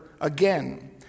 again